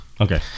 Okay